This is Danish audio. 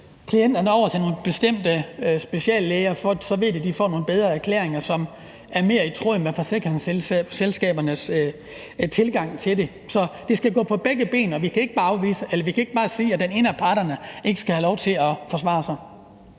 klienterne over til nogle bestemte speciallæger, fordi de så ved, at de får nogle bedre erklæringer, som er mere i tråd med forsikringsselskabernes tilgang til det. Så det skal gå på begge ben, og vi kan ikke bare sige, at den ene af parterne ikke skal have lov til at forsvare sig.